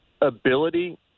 ability